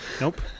Nope